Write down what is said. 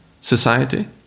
society